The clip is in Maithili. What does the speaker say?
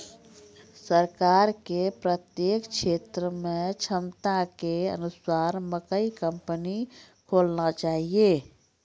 सरकार के प्रत्येक क्षेत्र मे क्षमता के अनुसार मकई कंपनी खोलना चाहिए?